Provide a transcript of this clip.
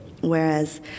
whereas